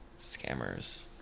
scammers